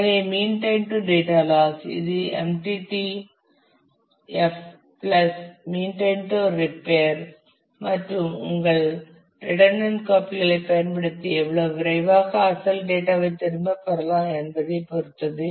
எனவே mean time to data loss இது MTTF plus mean time to repair மற்றும் உங்கள் ரிடன்டன்ட் காப்பி களை பயன்படுத்தி எவ்வளவு விரைவாகப் அசல் டேட்டா ஐ திரும்பப் பெறலாம் என்பதையும் பொருத்தது